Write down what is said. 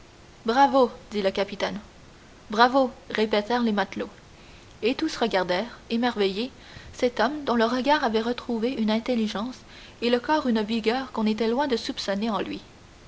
bravo dit le patron bravo répétèrent les matelots et tous regardaient émerveillés cet homme dont le regard avait retrouvé une intelligence et le corps une vigueur qu'on était loin de soupçonner en lui